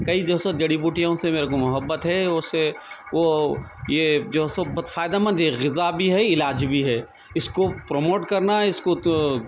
کئی جو ہے سو جڑی بوٹیوں سے میرے کو محبت ہے اس سے وہ یہ جو ہے سو بہت فائدہ مند ہے یہ غذا بھی ہے علاج بھی ہے اس کو پروموٹ کرنا اس کو تو